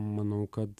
manau kad